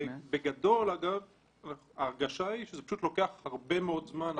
בגדול ההרגשה היא שזה פשוט לוקח הרבה מאוד זמן,